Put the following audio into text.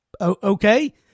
okay